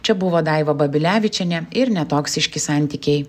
čia buvo daiva babilevičienė ir netoksiški santykiai